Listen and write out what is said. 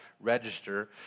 register